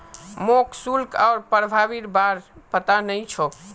मोक शुल्क आर प्रभावीर बार पता नइ छोक